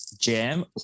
Jam